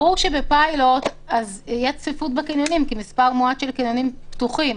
ברור שתהיה צפיפות כשיש מספר מועט של קניונים פתוחים.